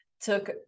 took